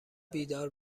بیدار